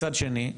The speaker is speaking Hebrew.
מצד שני,